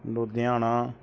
Ludhiana